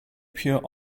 pure